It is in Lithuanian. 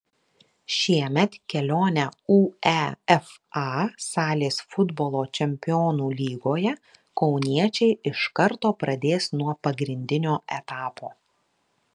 šiemet kelionę uefa salės futbolo čempionų lygoje kauniečiai iš karto pradės nuo pagrindinio etapo